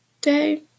day